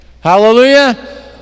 Hallelujah